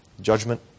Judgment